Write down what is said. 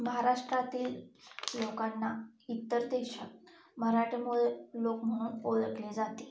महाराष्ट्रातील लोकांना इतर देशात मराठमोळे लोक म्हणून ओळखले जाते